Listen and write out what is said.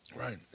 Right